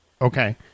Okay